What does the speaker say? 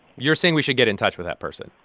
you're saying we should get in touch with that person?